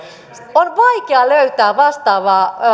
on vaikea löytää vastaavaa